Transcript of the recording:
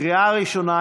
לקריאה ראשונה.